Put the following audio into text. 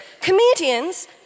comedians